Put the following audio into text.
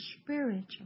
spiritual